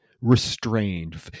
restrained